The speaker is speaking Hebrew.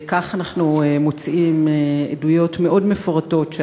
וכך אנחנו מוצאים עדויות מאוד מפורטות,